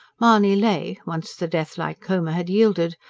mahony lay, once the death-like coma had yielded,